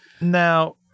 Now